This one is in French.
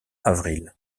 avril